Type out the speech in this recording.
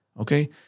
Okay